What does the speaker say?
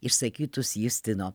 išsakytus justino